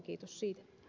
kiitos siitä